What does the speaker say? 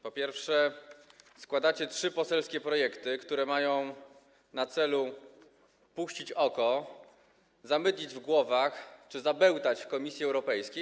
Po pierwsze, składacie trzy poselskie projekty, które mają na celu puścić oko, zamydlić w głowach czy zabełtać w Komisji Europejskiej.